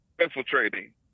infiltrating